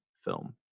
film